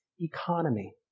Economy